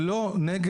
זה לא נגר,